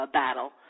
battle